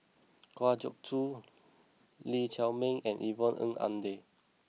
Kwa Geok Choo Lee Chiaw Meng and Yvonne Ng Uhde